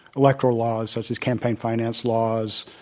electoral laws, such as campaign finance laws,